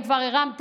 אם כבר העלית